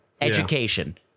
Education